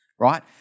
Right